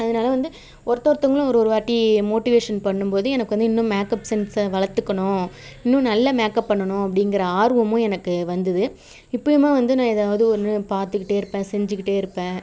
அதனால வந்து ஒருத்த ஒருத்தவங்களும் ஒரு ஒருவாட்டி மோட்டிவேஷன் பண்ணும் போது எனக்கு வந்து இன்னும் மேக்கப் சென்ஸை வளர்த்துக்கணும் இன்னும் நல்ல மேக்கப் பண்ணணும் அப்படிங்கிற ஆர்வமும் எனக்கு வந்தது இப்பவுமே வந்து நான் ஏதாவது ஒன்று பார்த்துக்கிட்டே இருப்பேன் செஞ்சுக்கிட்டே இருப்பேன்